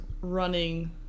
running